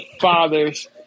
fathers